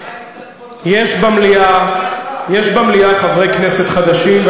יש במליאה חברי כנסת חדשים,